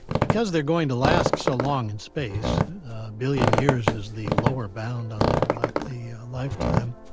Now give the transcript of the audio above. because they're going to last so long in space, a billion years is the lower bound on their likely lifetime,